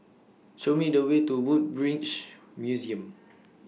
Show Me The Way to Woodbridge Museum